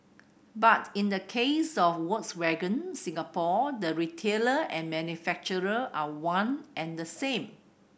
but in the case of Volkswagen Singapore the retailer and manufacturer are one and the same